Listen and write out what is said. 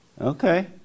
Okay